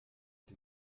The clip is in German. dem